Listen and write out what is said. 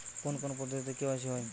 কোন কোন পদ্ধতিতে কে.ওয়াই.সি হয়?